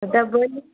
तब बोलू